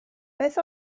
beth